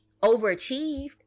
overachieved